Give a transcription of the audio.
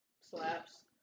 slaps